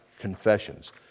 confessions